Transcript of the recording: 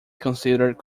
considered